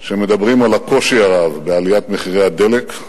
שמדברים על הקושי הרב בעליית מחירי הדלק.